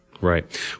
Right